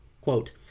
Quote